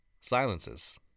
silences